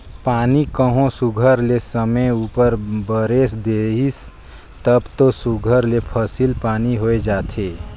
पानी कहों सुग्घर ले समे उपर बरेस देहिस तब दो सुघर ले फसिल पानी होए जाथे